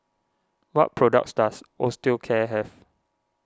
what products does Osteocare have